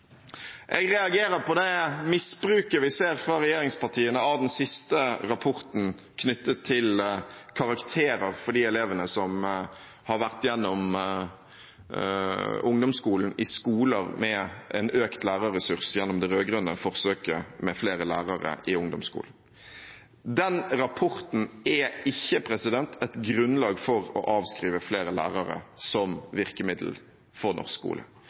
Jeg reagerer på det misbruket vi ser fra regjeringspartiene av den siste rapporten, knyttet til karakterer for de elevene som har vært igjennom ungdomsskolen i en skole med en økt lærerressurs – gjennom det rød-grønne forsøket med flere lærere i ungdomsskolen. Den rapporten er ikke et grunnlag for å avskrive flere lærere som virkemiddel for norsk skole.